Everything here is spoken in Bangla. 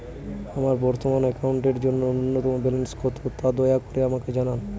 আমার বর্তমান অ্যাকাউন্টের জন্য ন্যূনতম ব্যালেন্স কত, তা দয়া করে আমাকে জানান